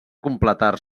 completar